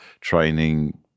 training